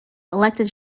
elected